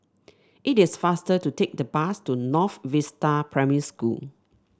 it is faster to take the bus to North Vista Primary School